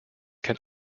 can